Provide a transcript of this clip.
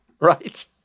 Right